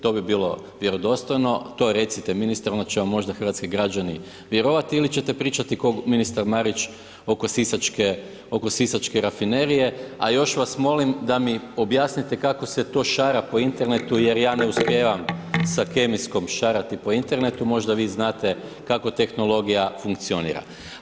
To bi bilo vjerodostojno, to recite ministru, onda će vam možda hrvatski građani vjerovati ili ćete pričati ko ministar Marić oko sisačke rafinerije, a još vas molim da mi objasnite kako se to šara po internetu jer ja ne uspijevam sa kemijskom šarati po internetu, možda vi znate kako tehnologija funkcionira.